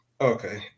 okay